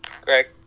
Greg